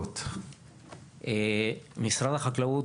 משרד החקלאות,